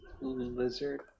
lizard